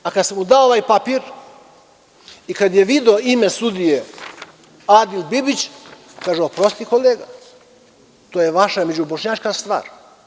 A kada sam mu dao ovaj papir i kada je video ime sudije Adil Bibić, kaže – oprosti kolega, to je vaša međubošnjačka stvar.